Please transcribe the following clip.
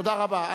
תודה רבה.